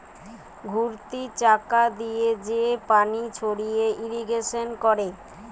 ঘুরতি চাকা দিয়ে যে পানি ছড়িয়ে ইরিগেশন করে